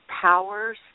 powers